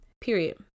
period